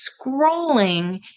scrolling